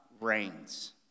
reigns